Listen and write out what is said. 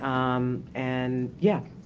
um, and yeah.